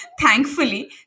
Thankfully